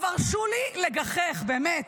טוב, הרשו לי לגחך, באמת.